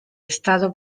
estado